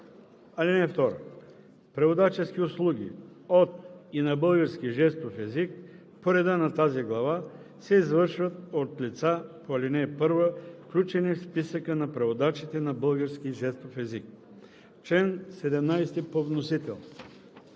език“. (2) Преводачески услуги от и на български жестов език по реда на тази глава се извършват от лица по ал. 1, включени в Списъка на преводачите на български жестов език.“ Комисията